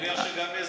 אין שום בעיה.